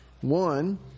one